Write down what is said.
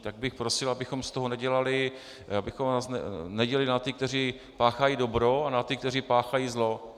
Tak bych prosil, abychom z toho nedělali, abychom nás nedělili na ty, kteří páchají dobro, a na ty, kteří páchají zlo.